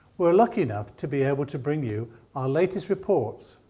we're lucky enough to be able to bring you our latest reports.